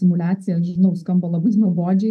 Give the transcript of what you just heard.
simuliacijas žinau skamba labai nuobodžiai